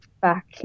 back